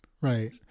Right